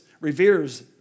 reveres